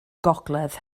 gogledd